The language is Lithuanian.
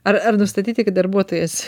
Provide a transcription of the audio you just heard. ar ar nustatyti kad darbuotojas